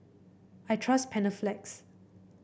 I trust Panaflex